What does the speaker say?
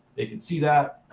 they can see that,